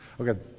Okay